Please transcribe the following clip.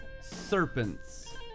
serpents